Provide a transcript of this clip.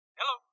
Hello